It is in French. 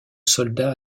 soldats